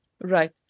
Right